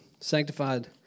sanctified